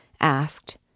asked